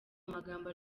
amagambo